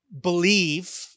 believe